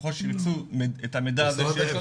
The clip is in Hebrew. ככל שהם ירצו את המידע הזה שיש לנו,